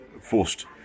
forced